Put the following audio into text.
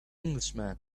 englishman